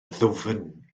ddwfn